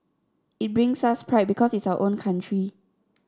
it brings us pride because it's our own country